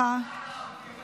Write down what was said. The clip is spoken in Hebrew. מזל